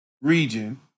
region